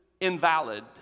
invalid